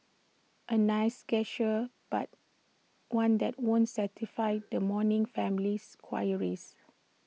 A nice gesture but one that won't satisfy the mourning family's queries